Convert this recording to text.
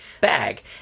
bag